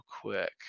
quick